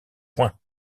point